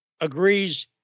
agrees